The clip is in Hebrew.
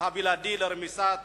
והבלעדי לרמיסת